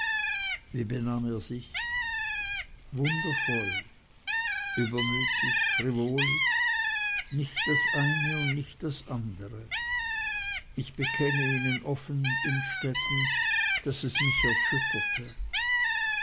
sich wundervoll übermütig frivol nicht das eine und nicht das andere ich bekenne ihnen offen innstetten daß es mich erschütterte